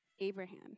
Abraham